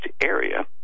area